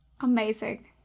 Amazing